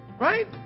Right